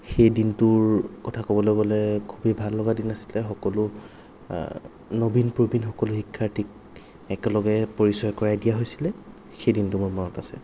সেই দিনটোৰ কথা ক'বলৈ গ'লে খুবেই ভাল লগা দিন আছিল সকলো নবীন প্ৰবীণ সকলো শিক্ষাৰ্থীক একেলগে পৰিচয় কৰাই দিয়া হৈছিল সেই দিনটো মোৰ মনত আছে